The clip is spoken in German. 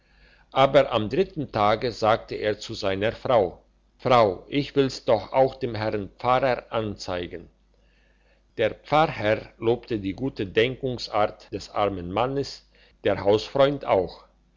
aber am dritten tag sagte er zu seiner frau frau ich will's doch auch dem herrn pfarrer anzeigen der pfarrherr lobte die gute denkungsart des armen mannes der hausfreund auch